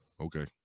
Okay